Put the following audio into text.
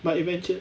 but eventually